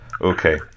Okay